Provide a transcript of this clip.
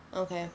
okay